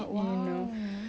!wow!